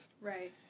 Right